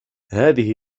هذه